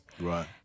right